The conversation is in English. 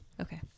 Okay